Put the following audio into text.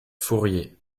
fourrier